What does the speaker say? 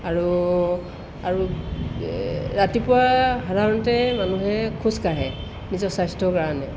আৰু আৰু ৰাতিপুৱা সাধাৰণতে মানুহে খোজকাঢ়ে নিজৰ স্বাস্থ্যৰ কাৰণে